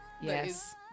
yes